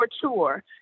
tour